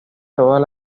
todas